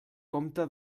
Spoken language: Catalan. compte